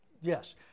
yes